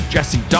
Jesse